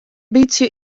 bytsje